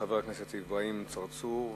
חבר הכנסת אברהים צרצור,